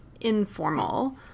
informal